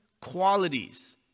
qualities